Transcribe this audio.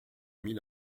mille